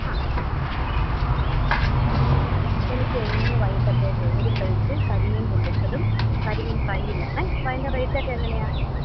ആ ആ എനിക്ക് ഇന്ന് വൈകിട്ടേത്തൊക്കെ ഒരു പ്ലേറ്റ് കരിമീൻ പൊള്ളിച്ചതും കരിമീൻ ഫ്രൈയും വേണം അപ്പം അതിൻ്റെ റേറ്റ് ഒക്കെ എങ്ങനെയാണ്